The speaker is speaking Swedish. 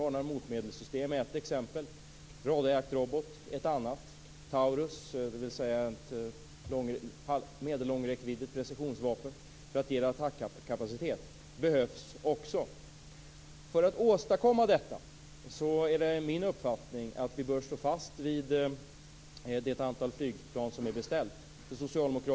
Varnar och motmedelssystem är ett exempel, radarjaktrobot ett annat. Taurus, dvs. ett precisionsvapen med medellång räckvidd för att ge attackkapacitet, behövs också. Det är min uppfattning att vi för att åstadkomma detta bör stå fast vid det beställda antalet flygplan.